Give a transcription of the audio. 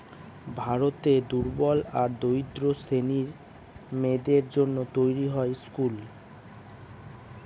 ভারতের দুর্বল আর দরিদ্র শ্রেণীর মেয়েদের জন্য তৈরী হয় স্কুল